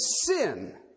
sin